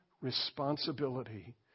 responsibility